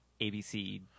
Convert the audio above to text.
ABC